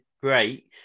great